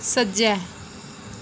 सज्जै